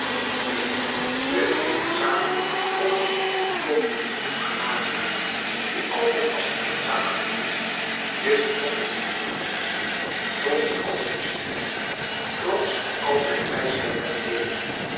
neen de eenzame kon niet tot millioenen genaken wie altijd was eenzaam geweest wist van de millioenen niets trots al zijn studie trots al zijn wijsheid der eeuwen